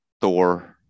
Thor